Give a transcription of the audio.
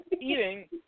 eating